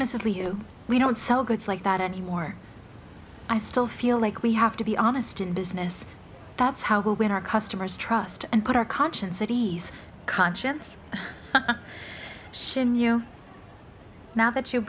mostly you we don't sell goods like that anymore i still feel like we have to be honest in business that's how when our customers trust and put our conscience at ease conscience she knew now that you